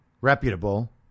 reputable